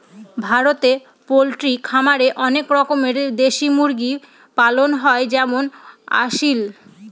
ভারতে পোল্ট্রি খামারে অনেক রকমের দেশি মুরগি পালন হয় যেমন আসিল